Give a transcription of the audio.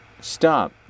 stop